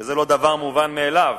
וזה לא דבר מובן מאליו,